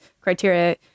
criteria